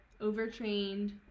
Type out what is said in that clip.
overtrained